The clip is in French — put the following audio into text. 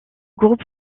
groupe